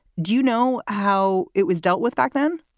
do you know how it was dealt with back then?